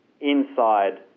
inside